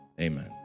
Amen